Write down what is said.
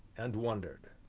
and wondered.